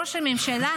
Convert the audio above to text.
ראש הממשלה,